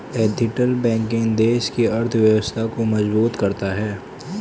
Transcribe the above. ethical banking देश की अर्थव्यवस्था को मजबूत करता है